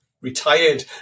Retired